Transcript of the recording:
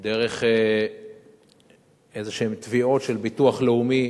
דרך איזשהן תביעות של הביטוח הלאומי